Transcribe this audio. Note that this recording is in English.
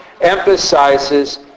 emphasizes